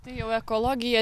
tai jau ekologija